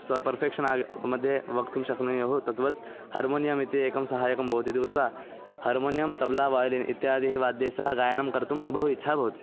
स्व पर्फ़ेक्षन् आगत्य मध्ये वक्तुं शक्नुयुः तद्वत् हर्मोनियम् इति एकं सहायकं भवति इति कृत्वा हर्मोनियं तब्ला वाय्लिन् इत्यादिः वाद्ये सह गायनं कर्तुं बहु इच्छा भवति